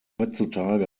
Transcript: heutzutage